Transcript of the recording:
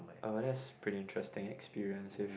uh that's pretty interesting experience if